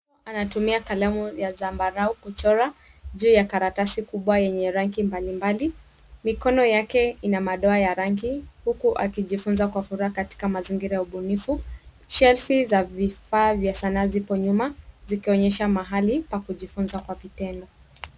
Anatumia kalamu ya zambarau kuchora juu ya karatasi kubwa yenye rangi mbalimbali. Mikono yake ina madoa ya rangi huku akijifunza kwa furaha katika mazingira ya ubunifu. Shelfi za vifaa vya sanaa zipo nyuma zikionyesha mahali pa kujifunza kwa vitendo.